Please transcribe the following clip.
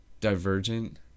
Divergent